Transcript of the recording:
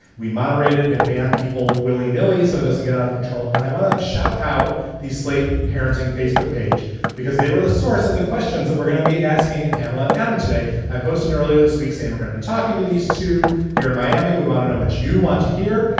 we moderated and banned people willy nilly so it doesn't get out of control. and i want to shout out the slate parenting facebook page because they were the source of the questions that we're gonna be asking pamela and adam today. i posted earlier this week saying we're gonna be talking to these two here in miami. we want to know what you want to hear.